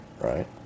right